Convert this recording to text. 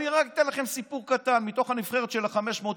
אני רק אתן לכם סיפור קטן: מתוך הנבחרת של ה-500 איש,